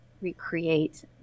recreate